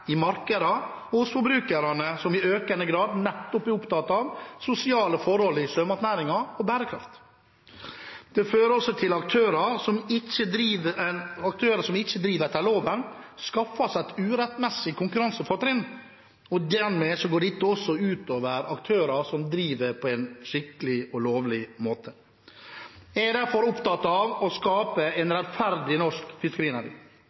i markedene og hos forbrukerne, som i økende grad nettopp er opptatt av sosiale forhold og bærekraft i sjømatnæringen. Det fører også til at aktører som ikke driver etter loven, skaffer seg et urettmessig konkurransefortrinn. Dermed går det ut over aktører som driver på en skikkelig og lovlig måte. Jeg er derfor opptatt av å skape en rettferdig norsk fiskerinæring,